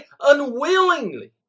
unwillingly